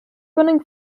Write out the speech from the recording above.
winning